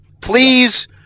please